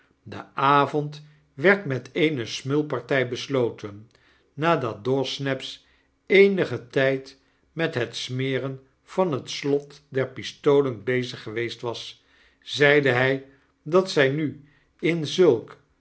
de avond werd met eene smulpartij besloten nadat dawsnaps eenigen tijd met het smeren van het slot der pistolen bezig geweest was zeide hg dat zg nu in zulk